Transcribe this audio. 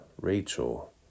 Rachel